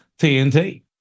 TNT